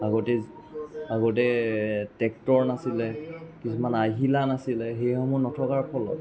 আগতে আগতে ট্ৰেক্টৰ নাছিলে কিছুমান আহিলা নাছিলে সেইসমূহ নথকাৰ ফলত